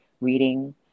reading